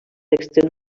extrem